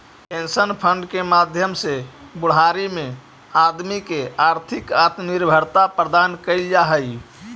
pension fund के माध्यम से बुढ़ारी में आदमी के आर्थिक आत्मनिर्भरता प्रदान कैल जा हई